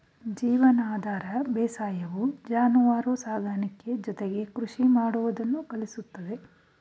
ಜೀವನಾಧಾರ ಬೇಸಾಯವು ಜಾನುವಾರು ಸಾಕಾಣಿಕೆ ಜೊತೆಗೆ ಕೃಷಿ ಮಾಡುವುದನ್ನು ಕಲಿಸುತ್ತದೆ